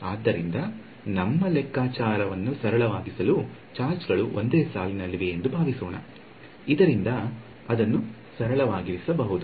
ಆದ್ದರಿಂದ ನಮ್ಮ ಲೆಕ್ಕಾಚಾರವನ್ನು ಸರಳವಾಗಿಸಲು ಚಾರ್ಜ್ ಗಳು ಒಂದೇ ಸಾಲಿನಲ್ಲಿವೆ ಎಂದು ಭಾವಿ ಸೋಣ ಇದರಿಂದ ಅದನ್ನು ಸರಳವಾಗಿರಿಸಿಕೊಳ್ಳಬಹುದು